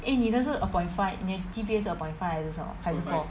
eh 你的是 upon five 你的 G_P_A 是 upon five 还是什么还是 four